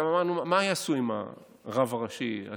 מה יעשו עם הרב הראשי הצבאי?